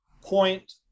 point